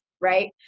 right